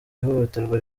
ihohoterwa